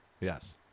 Yes